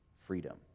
freedom